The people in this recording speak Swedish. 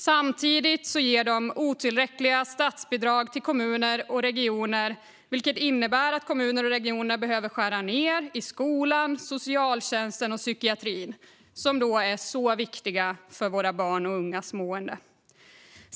Samtidigt ger de otillräckliga statsbidrag till kommuner och regioner, vilket innebär att kommuner och regioner behöver skära ned i skolan, socialtjänsten och psykiatrin som är så viktiga för våra barns och ungas mående.